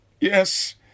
yes